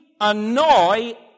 annoy